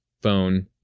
phone